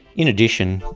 in addition,